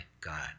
God